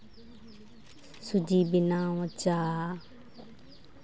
ᱥᱩᱡᱤ ᱵᱮᱱᱟᱣ ᱪᱟ